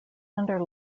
under